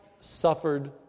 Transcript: suffered